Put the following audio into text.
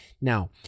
Now